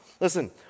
Listen